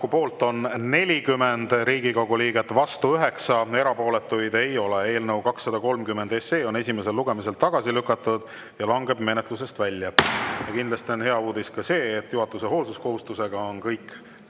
poolt on 40 Riigikogu liiget, vastu 9, erapooletuid ei ole. Eelnõu 230 on esimesel lugemisel tagasi lükatud ja langeb menetlusest välja. Ja kindlasti on hea uudis ka see, et juhatuse hoolsuskohustusega on kõik